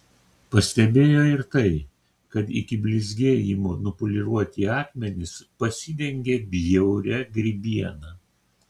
pastebėjo ir tai kad iki blizgėjimo nupoliruoti akmenys pasidengė bjauria grybiena